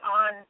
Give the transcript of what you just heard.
on